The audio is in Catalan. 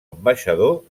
ambaixador